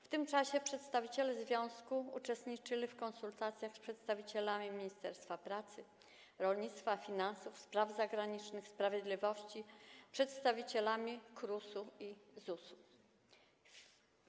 W tym czasie przedstawiciele związku uczestniczyli w konsultacjach z przedstawicielami ministerstw pracy, rolnictwa, finansów, spraw zagranicznych, sprawiedliwości, przedstawicielami KRUS-u i ZUS-u.